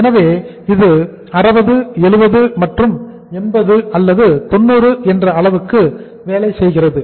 எனவே இது 60 70 மற்றும் 80 அல்லது 90 என்ற அளவுக்கு வேலை செய்கிறது